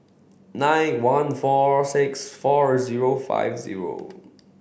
nine one four six four zero five zero